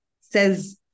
says